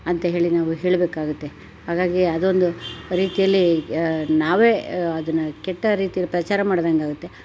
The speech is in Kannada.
ಅಂತ ಹೇಳಿ ನಾವು ಹೇಳ್ಬೇಕಾಗುತ್ತೆ ಹಾಗಾಗಿ ಅದೊಂದು ರೀತಿಯಲ್ಲಿ ನಾವೇ ಅದನ್ನ ಕೆಟ್ಟ ರೀತಿಯಲ್ಲಿ ಪ್ರಚಾರ ಮಾಡ್ದಂಗಾಗುತ್ತೆ